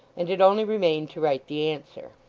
and it only remained to write the answer.